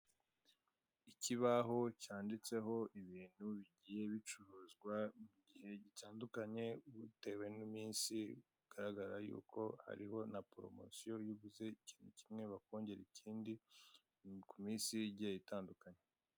Ikibaho cyanditseho ibintu bigiye bicuruzwa mugihe gitandukanye bitewe n'iminsi bigaragara yuko hariho na poromosiyo iyo uguze ikintu kimwe bakongera ikindi kuminsi igiye itandukanye.